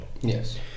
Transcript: Yes